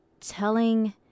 Telling